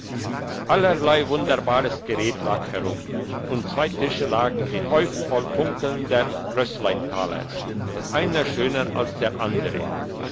allerlei wunderbares geräte lag umher und zwei tische lagen gehauft voll funkelnder rössleintaler einer schöner als der andere